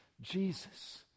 jesus